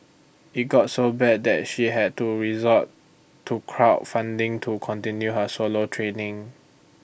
IT got so bad that she had to resort to crowd funding to continue her solo training